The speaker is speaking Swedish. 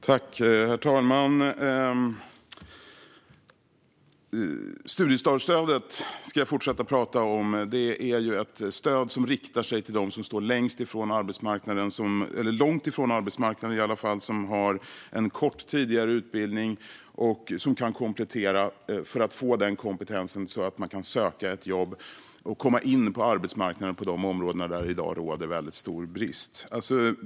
Herr talman! Även jag vill ta upp studiestartsstödet. Det är ett stöd som riktar sig till personer som står långt från arbetsmarknaden, har en kort tidigare utbildning och kan komplettera den för att få nödvändig kompetens, så att de kan söka ett jobb och komma in på arbetsmarknaden på områden där det i dag råder väldigt stor brist.